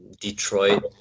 Detroit